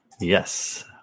Yes